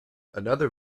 another